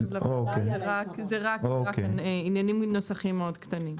זה רק עניינים עם נוסחים מאוד קטנים.